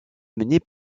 menée